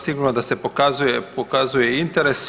Sigurno da se pokazuje interes.